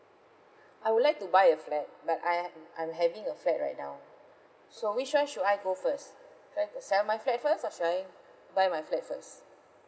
I would like to buy a flat but I hav~ I'm having a flat right now so which one should I go first sell my flat first or should I buy my flat first